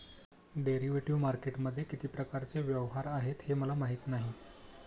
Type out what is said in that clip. derivative मार्केटमध्ये किती प्रकारचे व्यवहार आहेत हे मला माहीत नाही